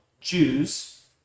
Jews